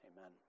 amen